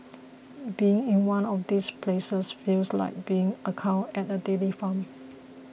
being in one of these places feels like being a cow at a dairy farm